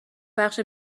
بخش